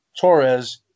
Torres